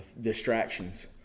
distractions